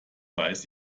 weiß